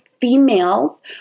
females